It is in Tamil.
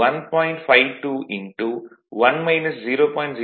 52 1 0